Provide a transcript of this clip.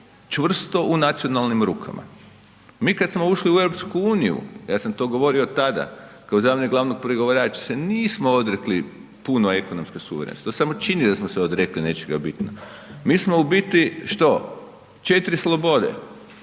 čvrsto u nacionalnim rukama. Mi kada smo ušli u Europsku uniju ja sam to govorio tada kao zamjenik glavnog pregovarača, se nismo odrekli puno ekonomske suverenosti. To se samo čini da smo se odrekli nečega bitnoga. Mi smo u biti što? 4 slobode.